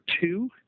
two